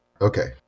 Okay